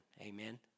Amen